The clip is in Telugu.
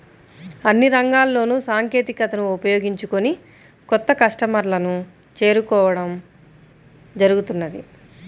అన్ని రంగాల్లోనూ సాంకేతికతను ఉపయోగించుకొని కొత్త కస్టమర్లను చేరుకోవడం జరుగుతున్నది